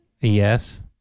Yes